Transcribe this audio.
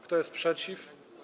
Kto jest przeciw?